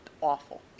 awful